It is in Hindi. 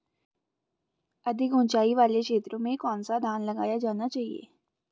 अधिक उँचाई वाले क्षेत्रों में कौन सा धान लगाया जाना चाहिए?